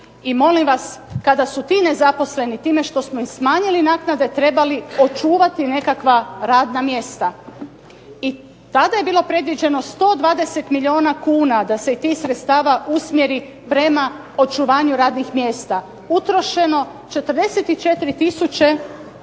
I molim vas kada su ti nezaposleni time što smo im smanjili naknade trebali očuvati nekakva radna mjesta. I tada je bilo predviđeno 120 milijuna kuna da se i tih sredstava usmjeri prema očuvanju radnih mjesta. Utrošeno 44000